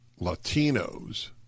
Latinos